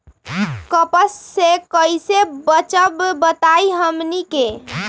कपस से कईसे बचब बताई हमनी के?